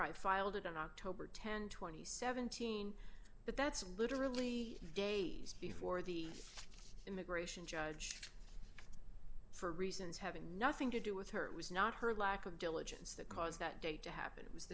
i filed it on october th two thousand and seventeen but that's literally days before the immigration judge for reasons having nothing to do with her it was not her lack of diligence that caused that day to happen it was the